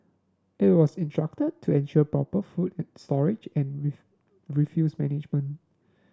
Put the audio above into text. it was instructed to ensure proper food at storage and refuse management